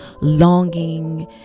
longing